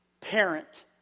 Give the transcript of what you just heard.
parent